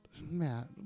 Matt